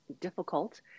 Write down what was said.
difficult